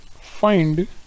Find